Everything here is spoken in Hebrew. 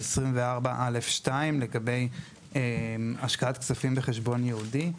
בסעיף 24(א)(2) לגבי השקעת כספים בחשבון ייעודי.